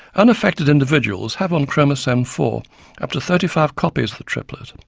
unaffected individuals have on chromosome four up to thirty five copies of the triplet,